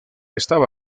estaba